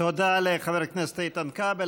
תודה לחבר הכנסת איתן כבל.